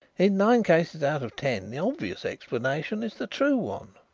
in nine cases out of ten the obvious explanation is the true one.